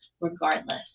regardless